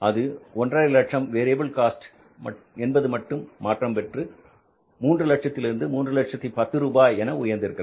அது 150000 variable cost என்பது மட்டும் மாற்றம் பெற்று 300000 இருந்து 300010 ரூபாய் என உயர்ந்திருக்கிறது